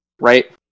right